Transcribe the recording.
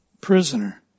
prisoner